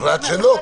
הוחלט שלא.